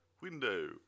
window